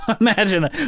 Imagine